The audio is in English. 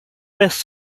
best